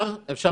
אפשר?